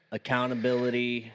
accountability